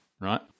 right